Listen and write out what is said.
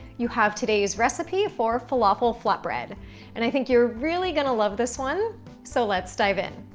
you have today's recipe for falafel flatbread and i think you're really gonna love this one so let's dive in.